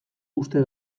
uste